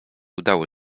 udało